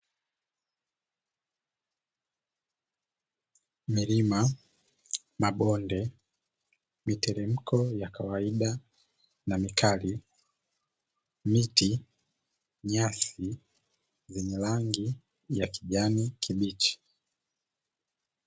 Milima, mabonde, miteremko ya kawaida na mikali, miti, nyasi zenye rangi ya kijani kibichi.